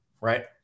right